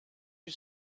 you